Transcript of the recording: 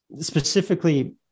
specifically